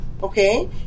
Okay